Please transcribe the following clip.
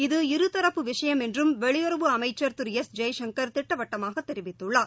இது இருதரப்பு விஷயம் என்றும் வெளியுறவுத்துறை அமைச்சர் திரு எஸ் ஜெய்சங்கர் திட்டவட்டமாக தெரிவித்துள்ளார்